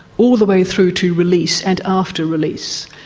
all the way through to release and after release.